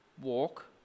walk